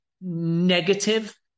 negative